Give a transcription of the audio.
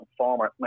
former